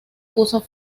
puso